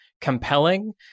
compelling